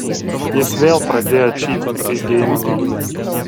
jis vėl pradėjo čytint kai geiminom